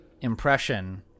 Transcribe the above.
impression